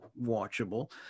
watchable